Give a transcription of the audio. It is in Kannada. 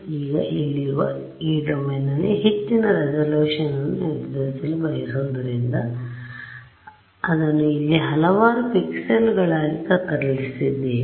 ಈಗ ಇಲ್ಲಿರುವ ಈ ಡೊಮೇನ್ನಲ್ಲಿ ಹೆಚ್ಚಿನ ರೆಸಲ್ಯೂಶನ್ ಅನ್ನು ನಿರ್ಧರಿಸಲು ಬಯಸುವುರಿಂದ ಅದನ್ನು ಇಲ್ಲಿ ಹಲವಾರು ಪಿಕ್ಸೆಲ್ಗಳಾಗಿ ಕತ್ತರಿಸಲಿದ್ದೇವೆ